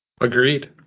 Agreed